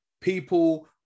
people